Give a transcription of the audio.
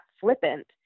flippant